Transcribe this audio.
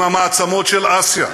עם המעצמות של אסיה,